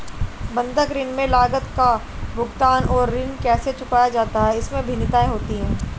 बंधक ऋण में लागत का भुगतान और ऋण कैसे चुकाया जाता है, इसमें भिन्नताएं होती हैं